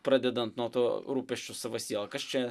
pradedant nuo to rūpesčio savo siela kas čia